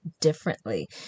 differently